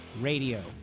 Radio